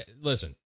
listen